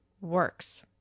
Works